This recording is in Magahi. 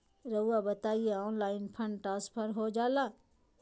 रहुआ बताइए ऑनलाइन फंड ट्रांसफर हो जाला?